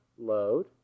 load